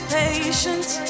patience